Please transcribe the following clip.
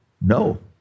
no